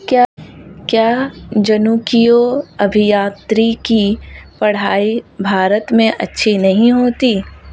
क्या जनुकीय अभियांत्रिकी की पढ़ाई भारत में अच्छी नहीं होती?